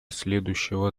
следующего